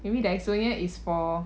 maybe Daiso punya is for